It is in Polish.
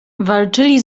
walczyli